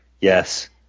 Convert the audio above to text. Yes